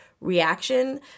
reaction